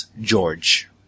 George